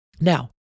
now